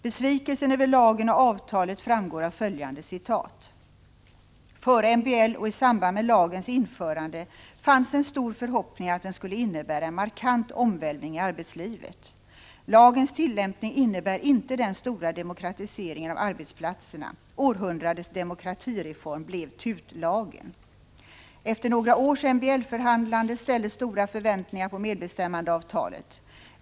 Besvikelsen över lagen och avtalet framgår av följande citat: ”Före MBL och i samband med lagens införande fanns en stor förhoppning att den skulle innebära en markant omvälvning i arbetslivet. Lagens tillämpning innebär inte den stora demokratiseringen av arbetsplatserna. Århundradets demokratireform blev ”tutlagen”. Efter några års MBL-förhandlande ställdes stora förväntningar på medbestämmandeavtalet.